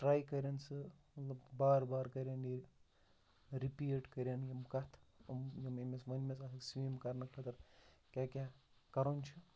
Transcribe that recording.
try کٔرِنۍ سُہ بار بار کٔرِنۍ یہِ رِپیٖٹ کٔرِنۍ یِم کَتھٕ أمۍ یِم أمِس ؤنمٕژ آسَن سِوِم کَرنہٕ خٲطرٕ کیٛاہ کیٛاہ کَرُن چھِ